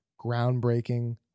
groundbreaking